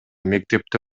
мектепте